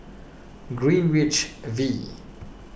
Greenwich V